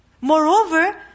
Moreover